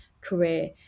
career